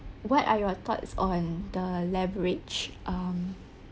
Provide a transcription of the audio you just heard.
what are your thoughts on the leverage um